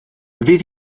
fydd